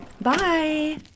Bye